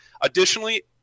additionally